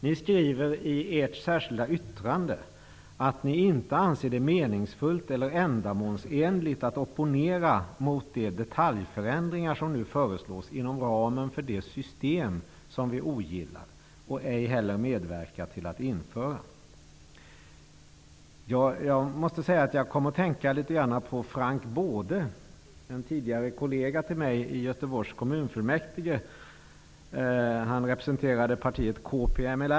Ni skriver i ert särskilda yttrande att ni inte anser det meningsfullt eller ändamålsenligt att opponera mot de detaljförändringar som nu föreslås inom ramen för det system som ni ogillar och ej heller medverkat till att införa. Jag kom att tänka på Frank Baude, en tidigare kollega till mig i Göteborgs kommunfullmäktige. Han representerade partiet KPML.